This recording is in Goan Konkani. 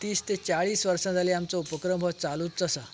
तीस ते चाळीस वर्सां जाली आमचो उपक्रम हो चालूच आसा